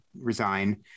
resign